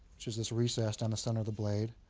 which is this recess down the center of the blade.